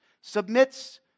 submits